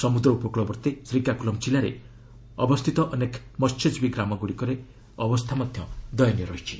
ସମୁଦ୍ର ଉପକୃଳବର୍ତ୍ତୀ ଶ୍ରୀକାକୁଲମ୍ କିଲ୍ଲାରେ ଅବସ୍ଥିତ ଅନେକ ମହ୍ୟଜୀବୀ ଗ୍ରାମଗୁଡ଼ିକରେ ଅବସ୍ଥା ଦୟନୀୟ ରହିଛି